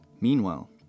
Meanwhile